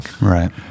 right